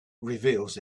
reveals